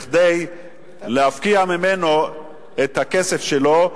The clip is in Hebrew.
כדי להפקיע ממנו את הכסף שלו.